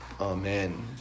Amen